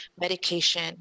medication